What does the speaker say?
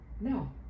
No